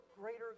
greater